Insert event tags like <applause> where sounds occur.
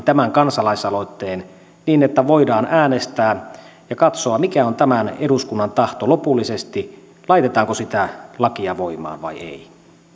<unintelligible> tämän kansalaisaloitteen niin että voidaan äänestää ja katsoa mikä on tämän eduskunnan tahto lopullisesti laitetaanko sitä lakia voimaan vai ei